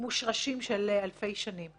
מושרשים של אלפי שנים.